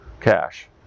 cash